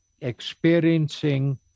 experiencing